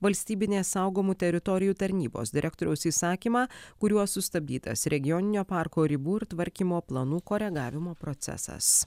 valstybinės saugomų teritorijų tarnybos direktoriaus įsakymą kuriuo sustabdytas regioninio parko ribų ir tvarkymo planų koregavimo procesas